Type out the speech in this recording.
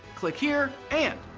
click here and,